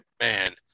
Man